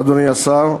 אדוני השר.